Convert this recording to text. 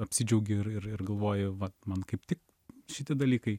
apsidžiaugi ir ir ir galvoji vat man kaip tik šitie dalykai